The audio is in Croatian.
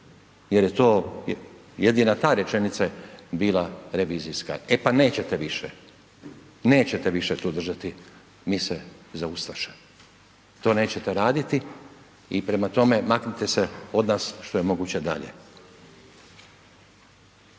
jer je to jedina ta rečenice bila revizijska, e pa nećete više, nećete više tu držati mise za ustaše, to nećete raditi i prema tome, maknite se od nas što je moguće dalje.